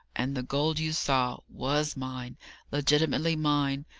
and the gold you saw, was mine legitimately mine.